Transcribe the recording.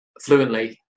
fluently